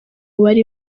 bari